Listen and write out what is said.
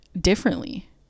differently